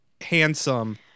handsome